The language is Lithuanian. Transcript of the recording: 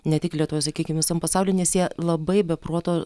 ne tik lietuvoj sakykim visam pasauly nes jie labai be proto